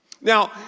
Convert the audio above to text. Now